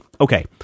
Okay